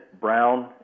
brown